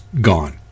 gone